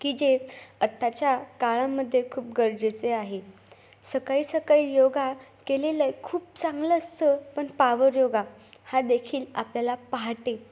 की जे आत्ताच्या काळामध्ये खूप गरजेचे आहे सकाळी सकाळी योगा केलेलं खूप चांगलं असतं पण पावर योगा हा देखील आपल्याला पहाटे